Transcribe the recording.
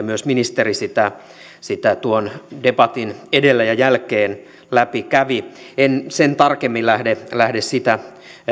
myös ministeri sitä sitä tuon debatin edellä ja jälkeen läpi kävi en sen tarkemmin lähde lähde sitä